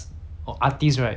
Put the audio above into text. in essential force